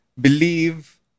believe